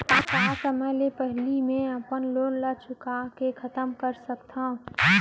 का समय ले पहिली में अपन लोन ला चुका के खतम कर सकत हव?